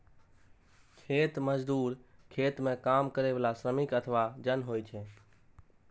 खेत मजदूर खेत मे काम करै बला श्रमिक अथवा जन होइ छै